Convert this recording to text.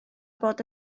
bod